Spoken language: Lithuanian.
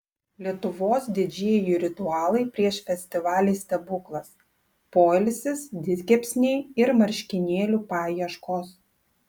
lietuvos didžėjų ritualai prieš festivalį stebuklas poilsis didkepsniai ir marškinėlių paieškos